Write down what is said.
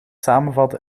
samenvatten